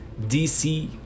DC